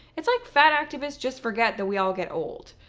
it's like fat activists just forget that we all get old.